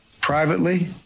privately